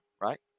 right